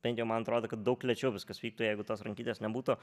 bent jau man atrodo kad daug lėčiau viskas vyktų jeigu tos rankytės nebūtų